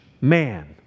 man